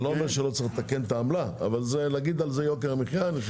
לא אומר שלא צריך לתקן את העמלה אבל להגיד על זה יוקר המחיה?